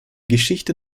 geschichte